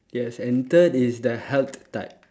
yes and third is the health type